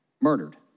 murdered